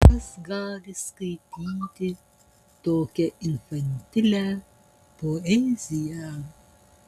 kas gali skaityti tokią infantilią poeziją